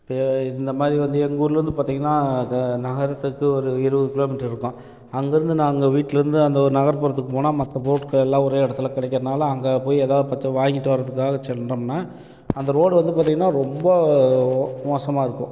பே இந்த மாதிரி வந்து எங்கள் ஊரில் வந்து பார்த்திங்கன்னா த நகரத்துக்கு ஒரு இருபது கிலோ மீட்டர் இருக்கும் அங்கே இருந்து நாங்கள் வீட்டிலேருந்து அந்த நகர்ப்புறத்துக்கு போனால் மற்ற பொருட்கள் எல்லாம் ஒரே இடத்தில் கிடைக்கிறதனால அங்ககே போய் ஏதாவது பச்சை வாங்கிட்டு வரத்துக்காக செல்றோம்னால் அந்த ரோடு வந்து பார்த்திங்கன்னா ரொம்ப மோசமாக இருக்கும்